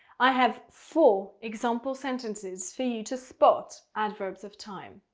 i have four example sentences for you to spot adverbs of time,